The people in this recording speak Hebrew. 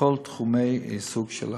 לכל תחומי העיסוק של אחיות.